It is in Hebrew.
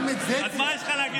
אז מה יש לך להגיד על זה?